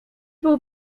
był